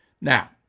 Now